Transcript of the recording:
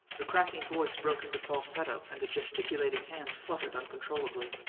the cracking voice broke into falsetto, and the gesticulating hands fluttered uncontrollably.